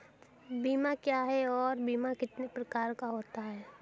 बीमा क्या है और बीमा कितने प्रकार का होता है?